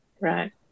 Right